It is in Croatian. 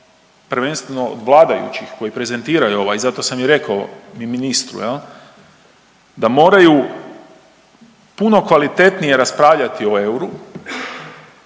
prvenstveno od vladajućih koji prezentiraju ovo i zato sam i rekao i ministru jel da moraju puno kvalitetnije raspravljati o euru